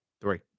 Three